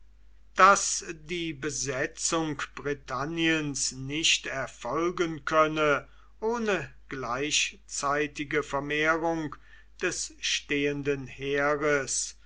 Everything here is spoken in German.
daß die besetzung britanniens nicht erfolgen könne ohne gleichzeitige vermehrung des stehenden heeres